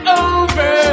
over